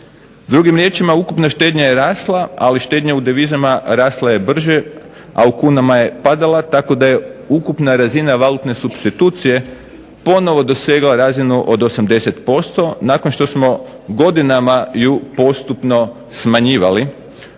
Drugim riječima ukupna štednja je rasla, ali štednja u devizama rasla je brže, a u kunama je padala tako da je ukupna razina valutne supstitucije ponovno dosegla razinu od 80% nakon što smo godinama ju postupno smanjivali.